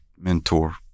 mentor